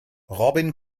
robin